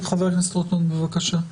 חבר הכנסת רוטמן, בבקשה.